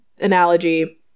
analogy